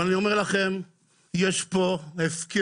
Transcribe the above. אבל אני אומר לכם שיש פה הפקרות